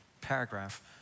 paragraph